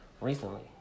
recently